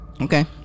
Okay